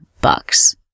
bucks